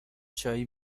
چایی